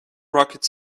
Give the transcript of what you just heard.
rocket